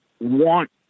want